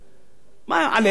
מה, עליהם מטילים את זה?